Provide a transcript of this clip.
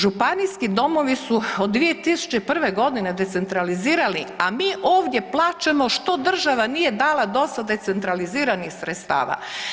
Županijski domovi su od 2001.g. decentralizirani, a mi ovdje plačemo što država nije dala dosta decentraliziranih sredstava.